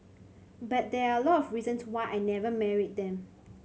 but there are a lot of reasons why I never married them